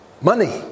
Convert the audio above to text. money